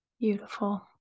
Beautiful